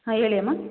ಹಾಂ ಹೇಳಿ ಅಮ್ಮ